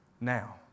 Now